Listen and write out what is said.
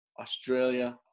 Australia